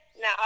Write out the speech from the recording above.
No